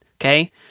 Okay